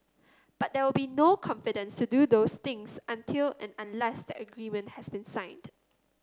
but there will be no confidence to do those things until and unless that agreement has been signed